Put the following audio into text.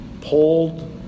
pulled